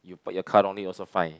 you put your car on it also fine